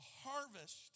harvest